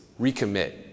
recommit